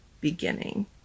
beginning